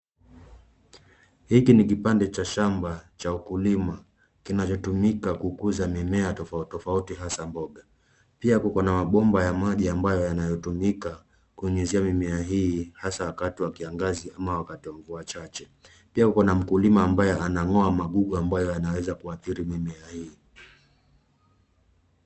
Hiki ni kipande cha shamba cha ukulima. Kinachotumika kukuza mimea tofauti tofauti hasa mboga. Pia kuko na mabomba ya maji ambayo yanayotumika kunyunyizia mimea hii, hasa wakati wa kiangazi ama wakati wa mvua chache. Pia kuko na mkulima ambaye anang'oa magugu ambayo yanaweza kuathiri mimea hii.